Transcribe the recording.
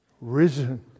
risen